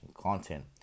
content